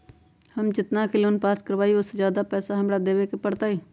हम जितना के लोन पास कर बाबई ओ से ज्यादा पैसा हमरा देवे के पड़तई?